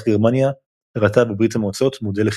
גרמניה ראתה בברית המועצות מודל לחיקוי.